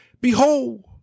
Behold